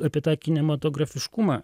apie tą kinematografiškumą